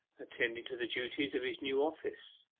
attending to the duties of his new office,